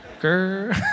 Girl